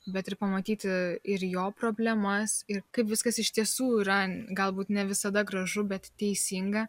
bet ir pamatyti ir jo problemas ir kaip viskas iš tiesų yra galbūt ne visada gražu bet teisinga